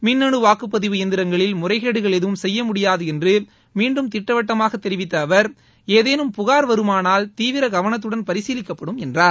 மின்னு வாக்குப்பதிவு எந்திரங்களில் முறைகேடுகள் எதுவும் செய்யமுடியாது என்று மீண்டும் திட்டவட்டமாக தெரிவித்த அவர் ஏதேனும் புகார் வருமானால் தீவிர கவனத்துடன் பரிசீலிக்கப்படும் என்றார்